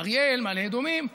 אריאל ומעלה אדומים,